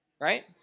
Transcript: right